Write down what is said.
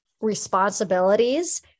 responsibilities